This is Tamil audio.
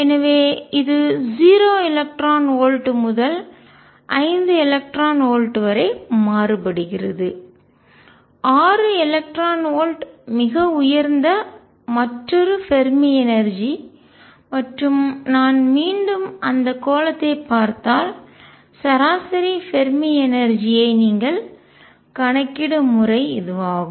எனவே இது 0 எலக்ட்ரான் வோல்ட் முதல் 5 எலக்ட்ரான் வோல்ட் வரை மாறுபடுகிறது 6 எலக்ட்ரான் வோல்ட் மிக உயர்ந்த மற்றொரு ஃபெர்மி எனர்ஜிஆற்றல் மற்றும் நான் மீண்டும் அந்த கோளத்தைப் பார்த்தால் சராசரி ஃபெர்மி எனர்ஜிஆற்றல் ஐ நீங்கள் கணக்கிடும் முறை ஆகும்